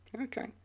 Okay